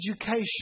education